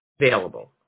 available